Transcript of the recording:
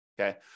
okay